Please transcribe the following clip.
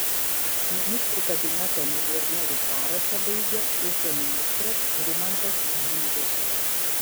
ministrų kabineto milijonierių sąrašą baigia ūkio ministras rimantas žylius